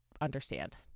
understand